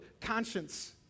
conscience